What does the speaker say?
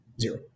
zero